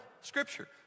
scripture